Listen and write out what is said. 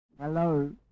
Hello